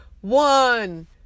one